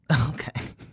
Okay